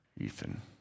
Ethan